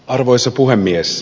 arvoisa puhemies